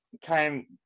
came